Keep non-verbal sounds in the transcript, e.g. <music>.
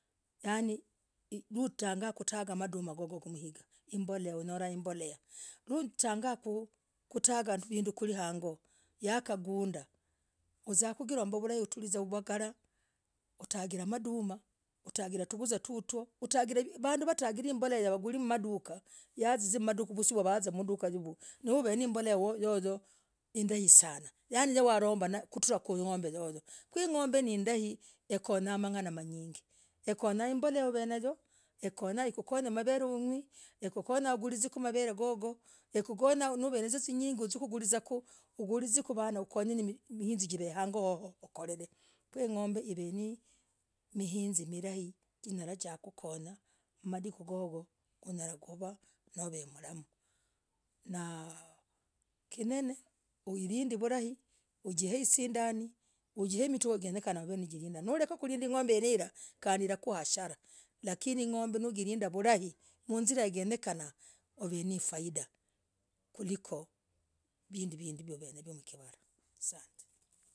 Yani noo tanga kutaga maduma gogo gumwigah. himbolea hunyalah himbolea noo tanga kutaga vinduu kwiri hangoo yakanguundah ujagakukulombah vulai utuliaza huvagalah nomalah utagilah maduma utagilah tu zuguzah tutwo vanduu nawajagaa vazia mduuka kungulah imborera uvenaimbolerah yoyoyo niwalombah yai ng'ombe yovoh i ngo'ombe ni ndaii hikonya mang'ana manyingi hekonya imborera uvenayo ekonyah maver <hesitation> unywi ukukonya utilize ugulizeku ugulizeku vanaa ugulizeku vilizi havoo ukolere ko ing'ombe iveo nariziki hindai zinyalah zakukonyah madikuu gogo unyalah kuvaanovemlamu nakinene ulinde vulai ujiehisindani uji <hesitation> mutugo zinenah no lekaulinda ing'ombe hovoo kandi ilakwa hasarah lakini ing'ombe naulinda vulahi mwizira ngenyekanangah kuliko vindii uvenazo mkivarah asante.